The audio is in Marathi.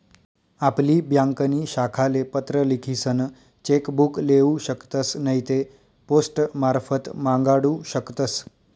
आपली ब्यांकनी शाखाले पत्र लिखीसन चेक बुक लेऊ शकतस नैते पोस्टमारफत मांगाडू शकतस